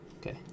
Okay